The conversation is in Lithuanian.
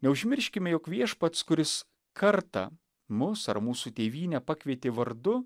neužmirškime jog viešpats kuris kartą mus ar mūsų tėvynę pakvietė vardu